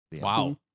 Wow